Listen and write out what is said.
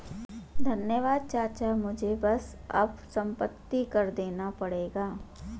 धन्यवाद चाचा मुझे बस अब संपत्ति कर देना पड़ेगा